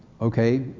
okay